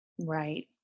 Right